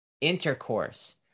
intercourse